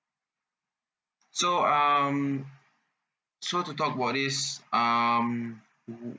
so um so to talk about this um mmhmm